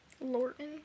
Lorton